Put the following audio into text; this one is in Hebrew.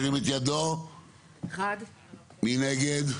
מי נגד?